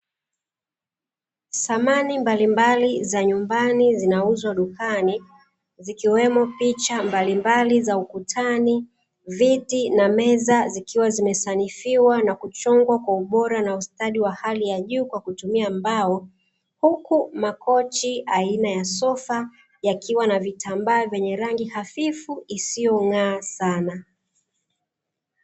Samani mbalimbali za nyumbani zinauzwa dukani zimiwemo picha mbalimbali za ukutani, viti na meza zikiwa zimesanifiwa na kuchongwa kwa ubora na ustadi wa hali ya juu kwa kutumia mbao, huku makochi aina ya sofa yakiwa na vitambaa vyenye rangi hafifu isiyong'aa sana.